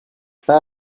pas